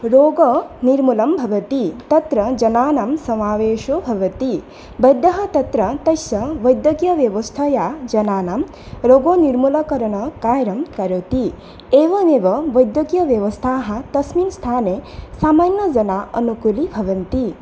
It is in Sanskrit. रोगनिर्मूलनं भवति तत्र जनानां समावेशो भवति वैद्यः तत्र तस्य वैद्यकीयव्यवस्थया जनानां रोगनिर्मूलनकरणकार्यं करोति एवमेव वैद्यकीयव्यवस्थाः तस्मिन् स्थाने सामान्यजनाः अनुकूलीभवन्ति